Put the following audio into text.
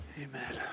Amen